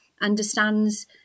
understands